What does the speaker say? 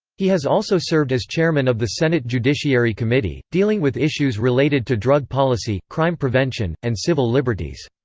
he has also served as chairman of the senate judiciary committee, dealing with issues related to drug policy, crime prevention, and civil liberties.